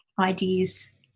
ideas